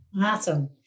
Awesome